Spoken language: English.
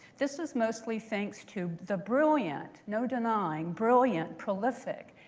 this is mostly thanks to the brilliant no denying brilliant, prolific,